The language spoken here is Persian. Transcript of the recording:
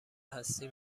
هستی